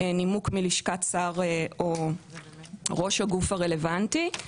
נימוק מלשכת שר או ראש הגוף הרלוונטי.